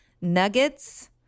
nuggets